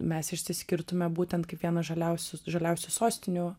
mes išsiskirtume būtent kaip viena žaliausių žaliausių sostinių